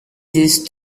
these